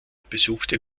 besuchte